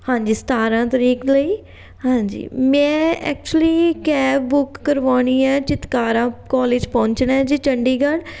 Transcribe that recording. ਹਾਂਜੀ ਸਤਾਰ੍ਹਾਂ ਤਰੀਕ ਲਈ ਹਾਂਜੀ ਮੈਂ ਐਕਚੁਲੀ ਕੈਬ ਬੁੱਕ ਕਰਵਾਉਣੀ ਹੈ ਚਿਤਕਾਰਾ ਕੋਲਜ ਪਹੁੰਚਣਾ ਜੀ ਚੰਡੀਗੜ੍ਹ